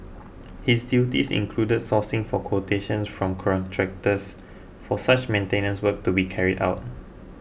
his duties included sourcing for quotations from contractors for such maintenance work to be carried out